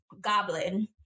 Goblin